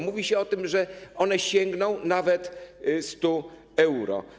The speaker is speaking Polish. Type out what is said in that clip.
Mówi się o tym, że one sięgną nawet 100 euro.